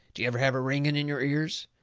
do you ever have a ringing in your ears?